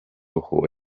ojo